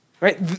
right